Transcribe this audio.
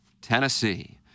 Tennessee